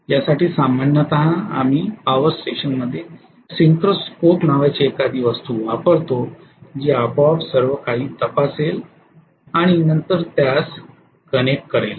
यासाठी सामान्यत आम्ही पॉवर स्टेशनमध्ये सिंक्रो स्कोप नावाची एखादी वस्तू वापरतो जी आपोआप सर्वकाही तपासेल आणि नंतर त्यास कनेक्ट करेल